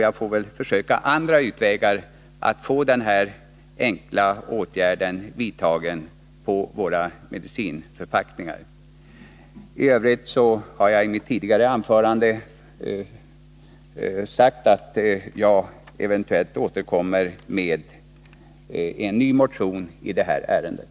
Jag får försöka andra utvägar för att få denna enkla åtgärd med etiketter på våra medicinförpackningar vidtagen. I övrigt har jag i mitt tidigare anförande sagt att jag eventuellt återkommer med en ny motion i det här ärendet.